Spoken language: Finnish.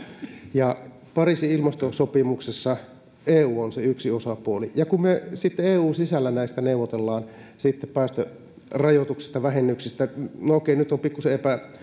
ja pariisin ilmastosopimuksessa eu on se yksi osapuoli ja kun me sitten eun sisällä neuvottelemme näistä päästörajoituksista vähennyksistä no okei nyt on pikkuisen